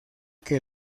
que